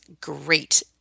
great